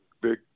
big